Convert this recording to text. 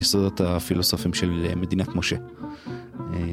יסודות הפילוסופים של מדינת משה